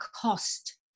cost